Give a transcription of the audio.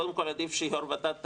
קודם כל עדיף שיו"ר ות"ת תגיד,